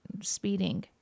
speeding